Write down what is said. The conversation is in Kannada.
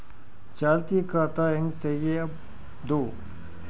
ಚಾಲತಿ ಖಾತಾ ಹೆಂಗ್ ತಗೆಯದು?